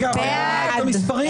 מי נגד?